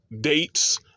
dates